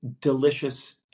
delicious